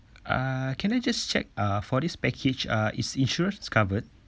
uh can I just check uh for this package uh is insurance covered